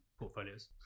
portfolios